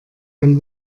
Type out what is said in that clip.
ein